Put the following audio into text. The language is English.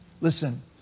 Listen